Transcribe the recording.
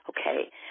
Okay